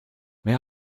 may